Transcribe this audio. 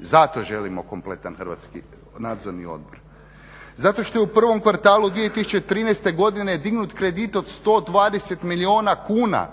Zato želimo kompletan Nadzorni odbor. Zato što je u prvom kvartalu 2013. godine dignut od 120 milijuna kuna